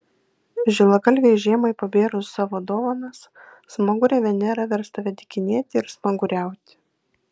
žilagalvei žiemai pabėrus savo dovanas smagurė venera vers tave dykinėti ir smaguriauti